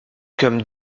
comme